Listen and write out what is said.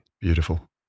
beautiful